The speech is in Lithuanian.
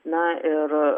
na ir